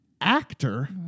actor